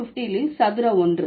1950 ல் சதுர ஒன்று